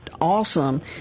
awesome